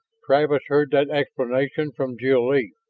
travis heard that exclamation from jil-lee,